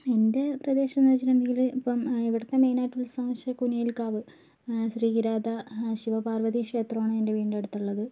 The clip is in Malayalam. എൻ്റെ പ്രദേശമെന്ന് വച്ചിട്ടുണ്ടെങ്കിൽ ഇപ്പോൾ ഇവിടുത്തെ മെയിൻ ആയിട്ടുള്ള ഉത്സവം എന്നുവച്ചാൽ കുനിയിൽ കാവ് ശ്രീരാധ ശിവപാർവ്വതി ക്ഷേത്രമാണ് എൻ്റെ വീടിൻ്റെ അടുത്തുള്ളത്